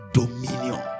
dominion